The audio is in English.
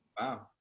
wow